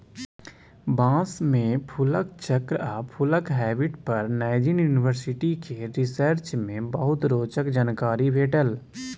बाँस मे फुलक चक्र आ फुलक हैबिट पर नैजिंड युनिवर्सिटी केर रिसर्च मे बहुते रोचक जानकारी भेटल